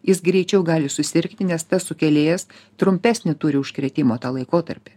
jis greičiau gali susirgti nes tas sukėlėjas trumpesnį turi užkrėtimo tą laikotarpį